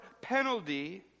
penalty